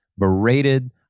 berated